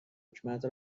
حکمت